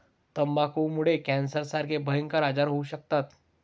तंबाखूमुळे कॅन्सरसारखे भयंकर आजार होऊ शकतात